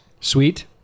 sweet